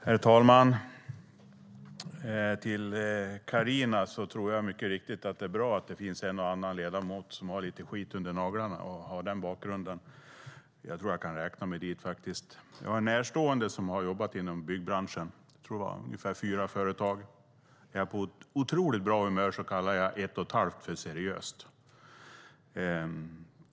Herr talman! Till Carina: Det är mycket riktigt bra att det finns en och annan ledamot som har lite skit under naglarna och sådan bakgrund, och jag kan nog räkna mig till dem. En närstående till mig har jobbat på fyra fem olika företag inom byggbranschen. Är jag på riktigt bra humör kallar jag ett och ett halvt av dem seriöst.